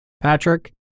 Patrick